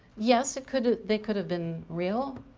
yes, it could, they could have been real.